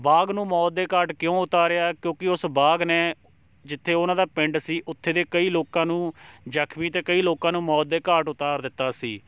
ਬਾਘ ਨੂੰ ਮੌਤ ਦੇ ਘਾਟ ਕਿਉਂ ਉਤਾਰਿਆ ਕਿਉਂਕਿ ਉਸ ਬਾਘ ਨੇ ਜਿੱਥੇ ਉਹਨਾਂ ਦਾ ਪਿੰਡ ਸੀ ਉੱਥੇ ਦੇ ਕਈ ਲੋਕਾਂ ਨੂੰ ਜਖਮੀ ਅਤੇ ਕਈ ਲੋਕਾਂ ਨੂੰ ਮੌਤ ਦੇ ਘਾਟ ਉਤਾਰ ਦਿੱਤਾ ਸੀ